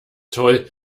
toll